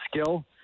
skill